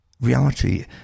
Reality